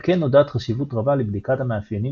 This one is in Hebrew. על כן נודעת חשיבות רבה לבדיקת המאפיינים